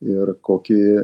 ir kokį